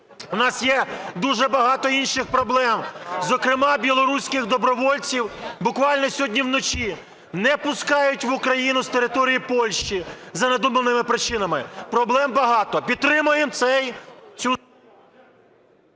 У нас є дуже багато інших проблем. Зокрема, білоруських добровольців, буквально сьогодні вночі, не пускають в Україну з території Польщі за надуманими причинами. Проблем багато. Підтримаємо цю…